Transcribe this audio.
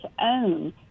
own